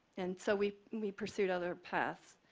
and so, we we pursued other paths.